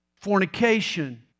fornication